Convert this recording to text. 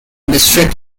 district